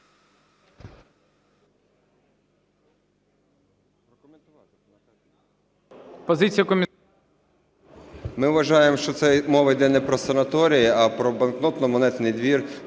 Ми вважаємо, що це мова йде не про санаторії, а про банкнотно-монетний двір,